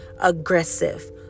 Aggressive